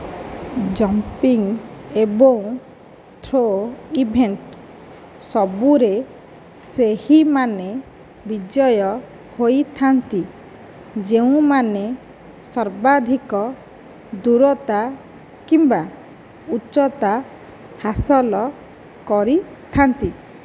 jumping ଏବଂ throw event ସବୁରେ ସେହିମାନେ ବିଜୟୀ ହୋଇଥାନ୍ତି ଯେଉଁମାନେ ସର୍ବାଧିକ ଦୂରତା କିମ୍ବା ଉଚ୍ଚତା ହାସଲ କରିଥାନ୍ତି